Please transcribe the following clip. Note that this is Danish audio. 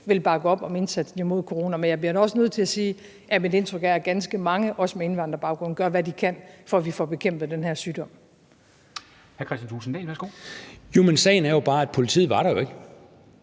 vil bakke op om indsatsen imod corona. Men jeg bliver da også nødt til at sige, at mit indtryk er, at ganske mange, også med indvandrerbaggrund, gør, hvad de kan for, at vi får bekæmpet den her sygdom. Kl. 13:15 Formanden (Henrik